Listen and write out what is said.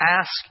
ask